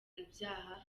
ibyaha